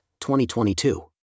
2022